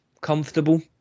comfortable